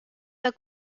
pas